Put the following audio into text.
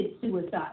suicide